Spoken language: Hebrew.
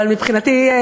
אבל מבחינתי,